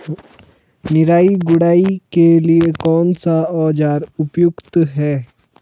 निराई गुड़ाई के लिए कौन सा औज़ार उपयुक्त है?